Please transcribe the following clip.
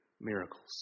miracles